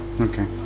Okay